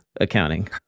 accounting